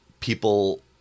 People